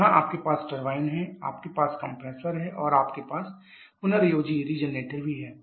जहाँ आपके पास टरबाइन है हमारे पास कंप्रेसर है और हमारे पास पुनर्योजी भी है